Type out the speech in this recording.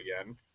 again